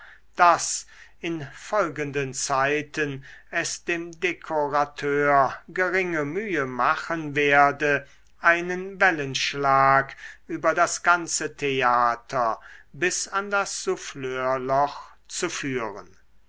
daß in folgenden zeiten es dem dekorateur geringe mühe machen werde einen wellenschlag über das ganze theater bis an das souffleurloch zu führen